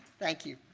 thank you.